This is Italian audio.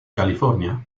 california